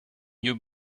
you